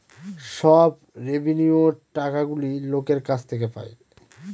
সব রেভিন্যুয়র টাকাগুলো লোকের কাছ থেকে পায়